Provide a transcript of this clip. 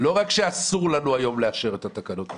לא רק שאסור לנו היום לאשר את התקנות האלה,